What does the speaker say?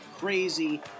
crazy